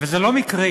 זה לא מקרי.